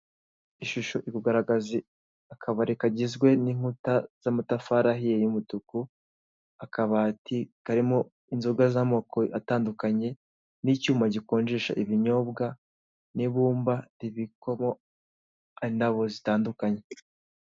Ishusho iri kugaragaza akabari kagizwe n'inkuta z'amatafari ahiye y'umutuku akabati karimo inzoga z'amoko atandukanye n'icyuma gikonjesha ibinyobwa n'ibumba ribikwamo indabo zitandukanye